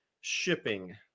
shipping